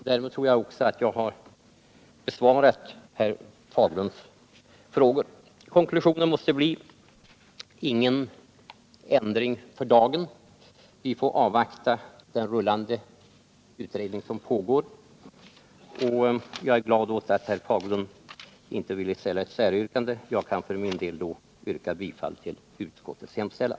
Därmed tror jag att jag också har besvarat herr Fagerlunds frågor. Konklusionen måste bli att ingen ändring skall ske i dag. Vi får avvakta den rullande utredning som pågår. Jag är glad åt att herr Fagerlund inte ville ställa något säryrkande. Jag kan för min del då yrka bifall till utskottets hemställan.